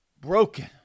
broken